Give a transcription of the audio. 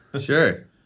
Sure